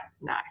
No